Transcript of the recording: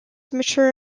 mature